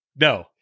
No